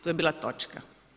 Tu je bila točka.